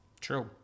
true